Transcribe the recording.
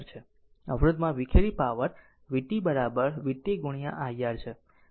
અવરોધમાં વિખેરી power vt vt iR છે